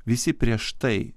visi prieš tai